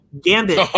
Gambit